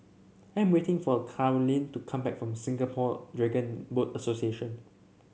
I am waiting for Karolyn to come back from Singapore Dragon Boat Association